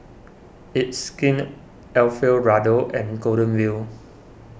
It's Skin Alfio Raldo and Golden Wheel